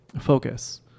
focus